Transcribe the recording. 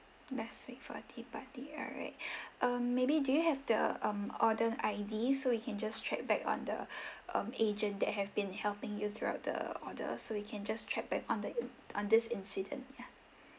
last week for a tea party alright um maybe do you have the um order I_D so we can just track back on the um agent that have been helping you throughout the order so we can just track back on the in~ on this incident yeah